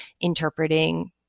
interpreting